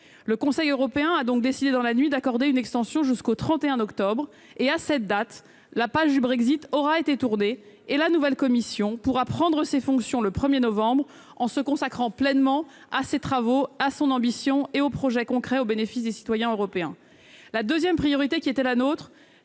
Le Conseil européen a donc décidé d'accorder une extension jusqu'au 31 octobre. À cette date, la page du Brexit aura été tournée, et la nouvelle commission européenne pourra prendre ses fonctions le 1 novembre en se consacrant pleinement à ses travaux, à son ambition et aux projets concrets, au bénéfice des citoyens européens. Notre deuxième priorité était de ne